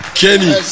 kenny